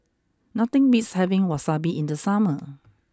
nothing beats having Wasabi in the summer